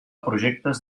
projectes